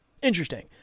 Interesting